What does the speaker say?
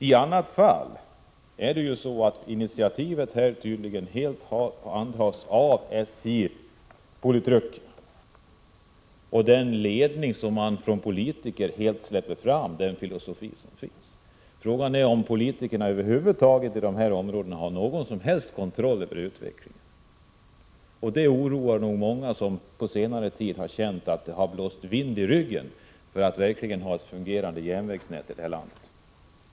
I annat fall framstår det tydligt att initiativet helt handhas av SJ-politruker och den ledning som politikerna, med den filosofi som gäller, har släppt fram. Frågan är om politikerna över huvud taget har någon som helst kontroll över utvecklingen i de här områdena. Det oroar många som på senare tid har känt att det har blåst vind i ryggen för ett fungerande järnvägsnät i landet.